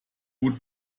gut